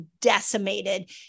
decimated